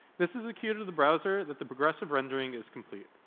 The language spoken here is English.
this is the key to to the browser that the progressive rendering is complete.